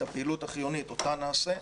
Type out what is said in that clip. את הפעילות החיונית נעשה,